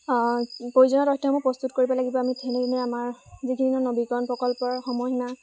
প্ৰয়োজনীয় তথ্যসমূহ প্ৰস্তুত কৰিব লাগিব আমি তেনেধৰণে আমাৰ যিখিনি নৱীকৰণ প্ৰকল্পৰ সময়সীমা